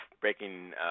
breaking